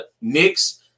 Knicks